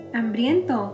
Hambriento